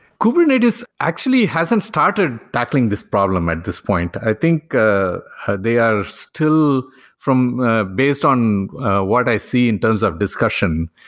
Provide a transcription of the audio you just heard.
kubernetes actually hasn't started tackling this problem at this point. i think ah they are still from based on what i see in terms of discussion,